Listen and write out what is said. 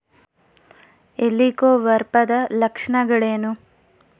ಹೆಲಿಕೋವರ್ಪದ ಲಕ್ಷಣಗಳೇನು?